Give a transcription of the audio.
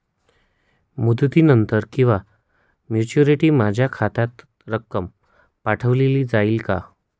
मुदतीनंतर किंवा मॅच्युरिटी माझ्या खात्यात रक्कम पाठवली जाईल का?